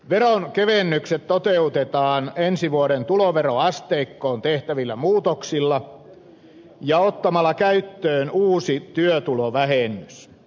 veronkevennykset toteutetaan ensi vuoden tuloveroasteikkoon tehtävillä muutoksilla ja ottamalla käyttöön uusi työtulovähennys